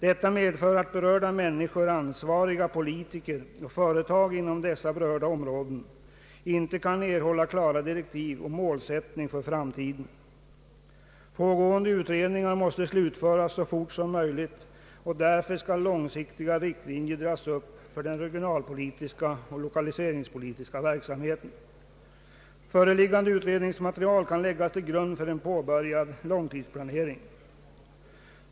Detta medför att berörda människor och ansvariga politiker och företagare inom dessa områden inte kan erhålla klara direktiv om målsättningen för framtiden. Pågående utredningar måste slutföras så fort som möjligt, och därefter skall långsiktiga riktlinjer dras upp för den regionalpolitiska och lokaliseringspolitiska verksamheten. Föreliggande utredningsmaterial kan läggas till grund för en påbörjad långtidsplanering.